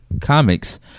comics